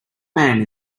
man